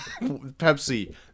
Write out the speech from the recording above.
Pepsi